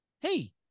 hey